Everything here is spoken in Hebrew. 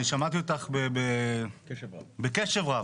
אני שמעתי אותך בקשב רב.